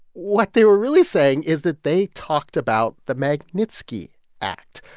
what they were really saying is that they talked about the magnitsky act.